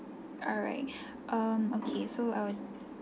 alright um okay so I would